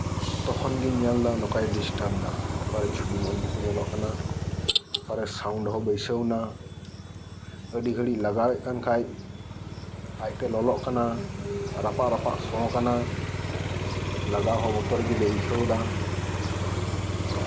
ᱛᱚᱠᱷᱚᱱ ᱜᱤᱧ ᱧᱮᱞ ᱮᱫᱟ ᱱᱚᱝᱠᱟᱭ ᱰᱤᱥᱴᱟᱵᱽ ᱮᱫᱟ ᱚᱠᱟᱨᱮ ᱪᱷᱚᱵᱤ ᱢᱚᱸᱡᱽ ᱵᱟᱠᱚ ᱧᱮᱞᱚᱜ ᱠᱟᱱᱟ ᱚᱠᱟᱨᱮ ᱪᱷᱚᱵᱤ ᱵᱟᱹᱭᱥᱟᱹᱣ ᱮᱱᱟ ᱟᱹᱰᱤ ᱜᱷᱟᱹᱲᱤᱡ ᱞᱟᱜᱟᱣᱭᱮᱫ ᱠᱷᱟᱱ ᱟᱡᱛᱮ ᱞᱚᱞᱚᱜ ᱠᱟᱱᱟ ᱨᱟᱯᱟᱜ ᱨᱟᱯᱟᱜ ᱥᱚ ᱠᱟᱱᱟ ᱞᱟᱜᱟᱣ ᱦᱚᱸ ᱵᱚᱛᱚᱨ ᱜᱮᱞᱮ ᱟᱭᱠᱟᱹᱣ ᱮᱫᱟ